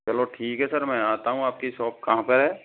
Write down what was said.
चलो ठीक है सर मैं आता हूँ आपकी शॉप कहाँ पर है